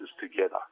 together